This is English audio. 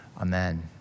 amen